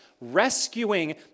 rescuing